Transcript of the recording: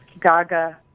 Gaga